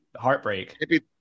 heartbreak